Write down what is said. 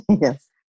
Yes